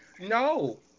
No